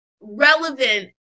relevant